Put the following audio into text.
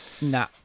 nah